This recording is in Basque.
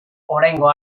oraingo